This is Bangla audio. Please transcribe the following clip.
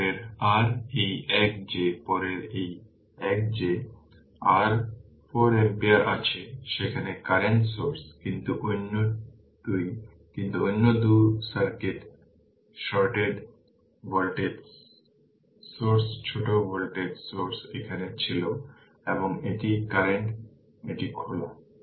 এর পরের r এই এক যে পরের এই এক যে r 4 ampere আছে সেখানে কারেন্ট সোর্স কিন্তু অন্য 2 কিন্তু অন্য 2 এটি শর্টেড ভোল্টেজ সোর্স ছোট ভোল্টেজ সোর্স এখানে ছিল এবং এটি কারেন্ট এটি খোলা